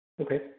Okay